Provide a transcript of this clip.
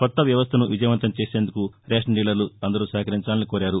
కొత్త వ్యవస్థను విజయవంతం చేసేందుకు రేషన్ డీలర్లు అందరూ సహకరించాలని కోరారు